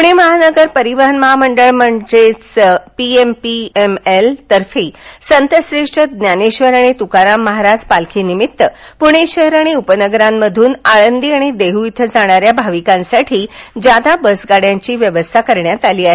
प्णे महानगर परिवहन महामंडळ लिमिटेड अर्थात P M P M L तर्फे संतश्रेष्ठ ज्ञानेश्वर आणि तुकाराम महाराज पालखीनिमित्त पुणे शहर आणि उपनगरांमधून आळंदी आणि देह येथे जाणाऱ्या भाविकांसाठी जादा बसगाड्यांची व्यवस्था करण्यात आली आहे